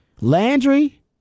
Landry